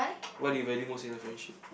what do you value most in a friendship